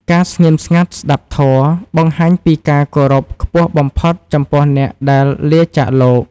ការស្ងៀមស្ងាត់ស្ដាប់ធម៌ បង្ហាញពីការគោរពខ្ពស់បំផុតចំពោះអ្នកដែលលាចាកលោក។